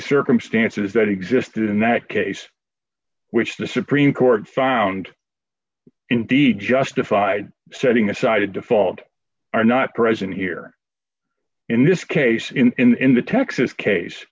circumstances that existed in that case which the supreme court found in de justified setting aside a default are not present here in this case in the texas case